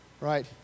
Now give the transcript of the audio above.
right